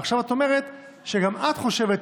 ועכשיו את אומרת שגם את חושבת,